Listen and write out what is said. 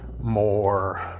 more